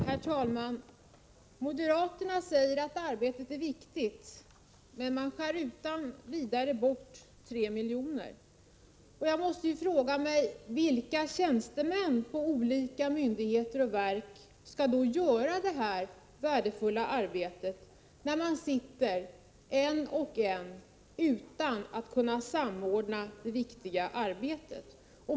Herr talman! Moderaterna säger att arbetet är viktigt, men skär utan vidare bort 3 miljoner. Jag måste fråga: Vilka tjänstemän på olika myndigheter och verk skall då utföra detta värdefulla arbete, där de sitter en och en utan att kunna samordna arbetet?